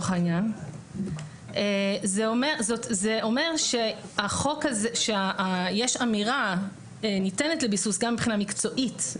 זה אומר שיש אמירה שניתנת לביסוס גם מבחינה מקצועית,